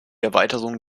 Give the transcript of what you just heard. erweiterung